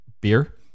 beer